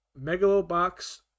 megalobox